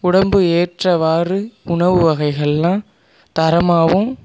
உடம்பு ஏற்றவாறு உணவு வகைகள்லாம் தரமாகவும்